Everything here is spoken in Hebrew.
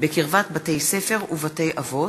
קסניה סבטלובה,